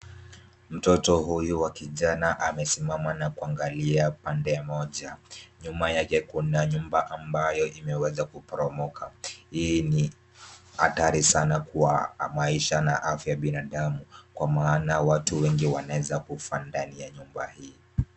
Mtoto huyu wa kijana amesimama na kuangalia pande moja. Nyuma yake kuna nyumna ambayo imeweza kuporomoka. Hii ni hatari sana kwa maisha na afya ya binadamu, kwa maana watu wengi wanaeza kufa ndani ya nyumba hii.